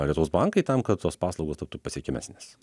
lietuvos bankai tam kad tos paslaugos taptų pasiekemesnės